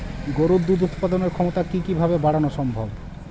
গরুর দুধ উৎপাদনের ক্ষমতা কি কি ভাবে বাড়ানো সম্ভব?